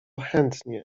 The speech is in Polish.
chętnie